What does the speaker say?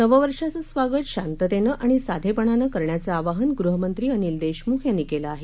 नववर्षाचं स्वागत शांततेनं आणि साधेपणानं करण्याच आवाहन गृहमंत्री अनिल देशमुख यांनी केलं आहे